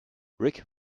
rick